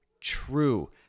true